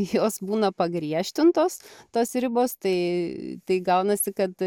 jos būna pagriežtintos tos ribos tai tai gaunasi kad